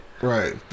Right